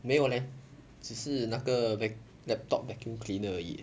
没有 leh 只是那个 laptop vacuum cleaner 而已